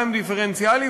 מע"מ דיפרנציאלי,